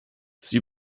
sie